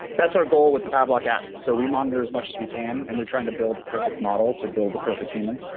that's our goal with the pavlok app. so we monitor as much as we can and we're trying to build the perfect model to build the perfect human,